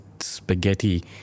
spaghetti